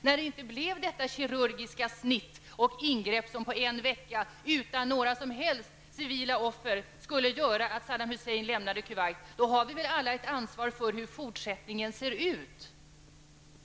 När det inte blev detta kirugiska snitt, ett ingrepp som på en vecka utan några som helst civila offer skulle göra att Saddam Hussein lämnade Kuwait, har vi väl alla ett ansvar för fortsättningen ser ut?